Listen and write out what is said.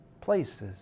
places